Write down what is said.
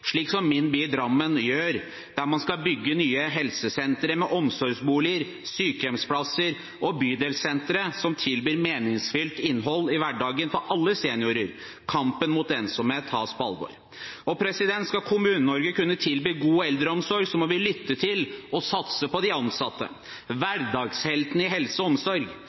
slik som min by Drammen gjør, der man skal bygge nye helsesentre med omsorgsboliger, sykehjemsplasser og bydelssentre som tilbyr meningsfylt innhold i hverdagen for alle seniorer. Kampen mot ensomhet tas på alvor. Skal Kommune-Norge kunne tilby god eldreomsorg, må vi lytte til og satse på de ansatte, hverdagsheltene i helse- og omsorg.